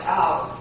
out